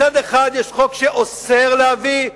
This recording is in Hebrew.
מצד אחד יש חוק שאוסר להביא,